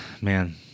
man